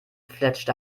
fletschte